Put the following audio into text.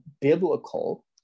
biblical